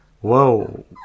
Whoa